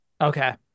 Okay